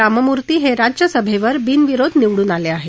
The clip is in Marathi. राममूर्ती हे राज्यसभेवर बिनविरोध निवडून आले आहेत